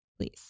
please